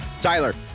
Tyler